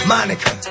Monica